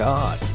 God